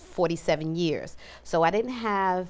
forty seven years so i don't have